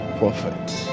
prophets